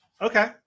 okay